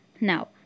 now